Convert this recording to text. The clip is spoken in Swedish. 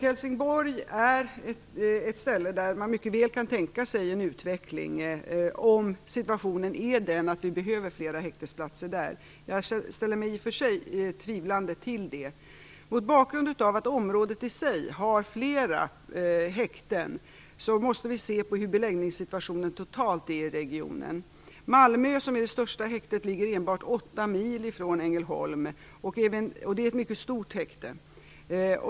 Man kan mycket väl tänka sig en utveckling i Helsingborg, om situationen är sådan att vi behöver flera häktesplatser där. Jag ställer mig i och för sig tvivlande till detta. Mot bakgrund av att området i sig har flera häkten måste vi se på hur beläggningssituationen är totalt i regionen. Malmö, som har det största häktet, ligger enbart 8 mil från Ängelholm. Det är ett mycket stort häkte.